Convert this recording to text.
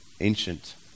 ancient